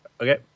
Okay